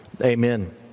amen